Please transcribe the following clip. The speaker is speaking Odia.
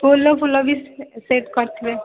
ଫୁଲ ଫୁଲ ବି ସେ ସେଟ୍ କରିଥିବେ